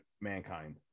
Mankind